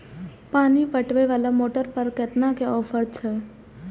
पानी पटवेवाला मोटर पर केतना के ऑफर छे?